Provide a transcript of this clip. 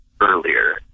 earlier